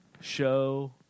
show